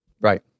Right